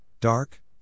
Dark